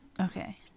Okay